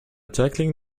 tackling